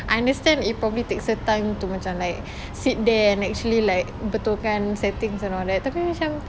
I understand it probably takes a time to macam like sit there and actually like betulkan settings and all it tapi macam